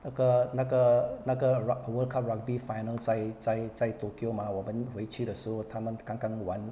那个那个那个 rug~ world cup rugby final 在在在 tokyo mah 我们回去的时候他们刚刚完